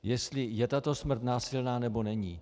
Jestli je tato smrt násilná, nebo není.